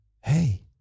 hey